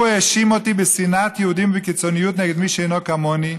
הוא האשים אותי בשנאת יהודים ובקיצוניות נגד מי שאינו כמוני.